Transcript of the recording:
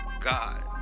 God